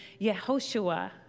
Yehoshua